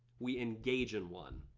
we engage in one.